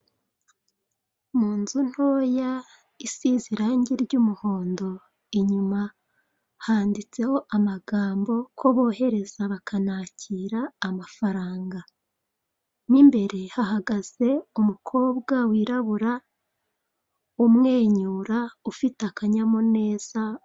Mu nzu ntoya isize irange ry'umuhondo inyuma handitseho amagambo ko bohereza bakanakira amafaranga, mo imbere hahagaze umukobwa wirabura umwenyura ufite akanyamuneza.